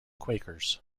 quakers